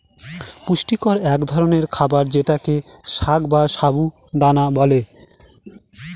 পুষ্টিকর এক ধরনের খাবার যেটাকে সাগ বা সাবু দানা বলে